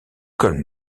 colle